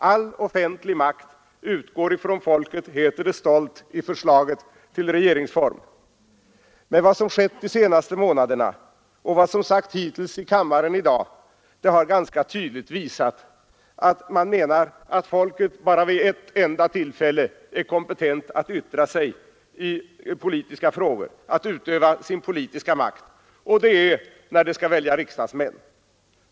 All offentlig makt utgår ifrån folket, heter det stolt i förslaget till regeringsform. Men vad som skett under de senaste månaderna och vad som hittills i dag sagts i kammaren har ganska tydligt visat att man menar att folket bara vid ett enda tillfälle är kompetent att yttra sig i politiska frågor och utöva sin politiska makt, och det är när det skall välja riksdagsmän.